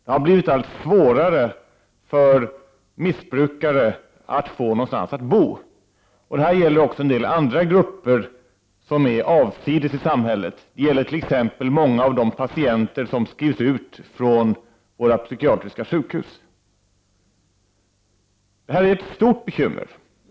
Det har blivit allt svårare för missbrukare att få någonstans att bo. Det gäller också för en del andra grupper som är avsides i samhället, t.ex. många av de patienter som skrivs ut från våra psykiatriska sjukhus. Det här är ett stort bekymmer.